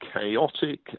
chaotic